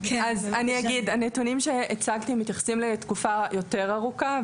הנתונים שהצגתי מתייחסים לתקופה ארוכה יותר,